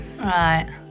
Right